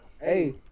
Hey